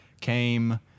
came